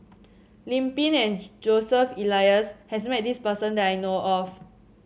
Lim Pin and Joseph Elias has met this person that I know of